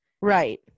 Right